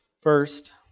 First